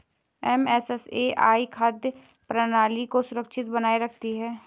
FSSAI खाद्य प्रणाली को सुरक्षित बनाए रखती है